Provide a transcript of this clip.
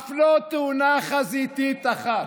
אף לא תאונה חזיתית אחת,